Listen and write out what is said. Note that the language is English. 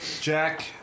Jack